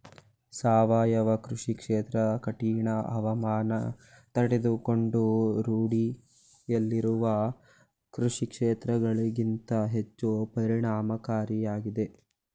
ಸಾವಯವ ಕೃಷಿ ಕ್ಷೇತ್ರ ಕಠಿಣ ಹವಾಮಾನ ತಡೆದುಕೊಂಡು ರೂಢಿಯಲ್ಲಿರುವ ಕೃಷಿಕ್ಷೇತ್ರಗಳಿಗಿಂತ ಹೆಚ್ಚು ಪರಿಣಾಮಕಾರಿಯಾಗಿದೆ